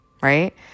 right